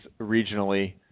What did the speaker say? regionally